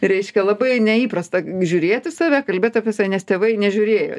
reiškia labai neįprasta žiūrėt į save kalbėt apie save nes tėvai nežiūrėjo